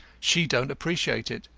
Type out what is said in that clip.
she don't appreciate it.